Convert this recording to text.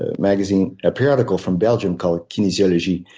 ah magazine, a periodical from belgium called kinesiology.